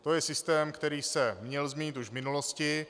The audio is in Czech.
To je systém, který se měl změnit již v minulosti.